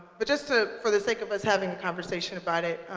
but just ah for the sake of us having a conversation about it,